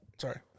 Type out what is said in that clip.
Sorry